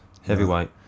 heavyweight